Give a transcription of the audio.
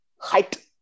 height